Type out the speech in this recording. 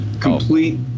Complete